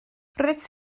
roeddet